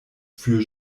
für